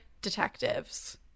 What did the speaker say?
detectives